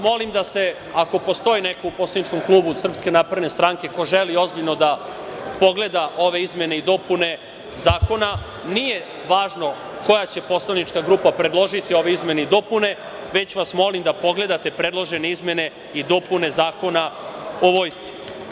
Molim vas da se, ako postoji neko u poslaničkom klubu SNS, ko želi ozbiljno da pogleda ove izmene i dopune zakona, nije važno koja će poslanička grupa predložiti ove izmene i dopune, već vas molim da pogledate predložene izmene i dopune Zakona o Vojsci.